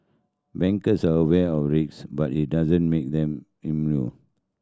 bankers are aware of but it doesn't make them immune